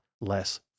less